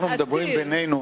אנחנו מדברים בינינו,